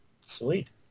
Sweet